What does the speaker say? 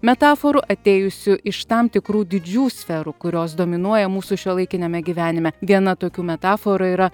metaforų atėjusių iš tam tikrų didžių sferų kurios dominuoja mūsų šiuolaikiniame gyvenime viena tokių metaforų yra